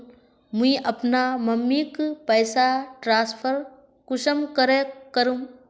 मुई अपना मम्मीक पैसा ट्रांसफर कुंसम करे करूम?